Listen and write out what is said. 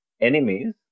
enemies